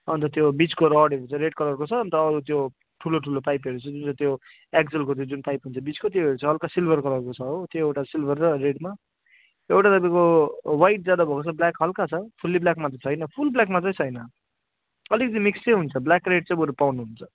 अन्त त्यो बिचको रडहरू चाहिँ रेड कलरको छ अन्त अरू त्यो ठुलो ठुलो पाइपहरू जुन चाहिँ त्यो एक्सलको त्यो जुन पाइप हुन्छ बिचको त्यो चाहिँ हलुका सिल्भर कलरको छ हो त्यो एउटा सिल्भर र रेडमा एउटा तपाईँको व्हाइट ज्यादा भएको छ ब्ल्याक हलुका छ फुल्ली ब्ल्याकमा चाहिँ छैन फुल ब्ल्याकमा चाहिँ छैन अलिकति मिक्स चाहिँ हुन्छ ब्ल्याक रेड चाहिँ बरू पाउनुहुन्छ